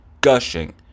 gushing